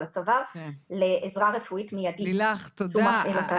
הצוואר לעזרה רפואית מיידית שהוא מפעיל אותה לבד.